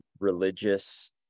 religious